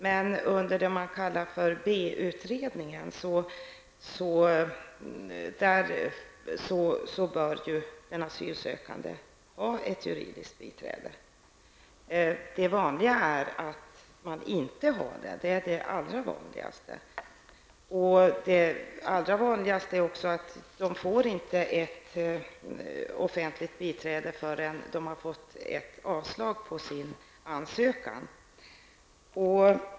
Men när det gäller den s.k. B-utredningen bör en asylsökande ha ett juridiskt biträde. Det vanligaste är att man inte har ett juridiskt biträde. Vanligt är också att man inte får ett offentligt biträde förrän det har blivit avslag på ansökan.